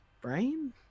Brain